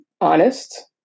honest